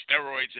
steroids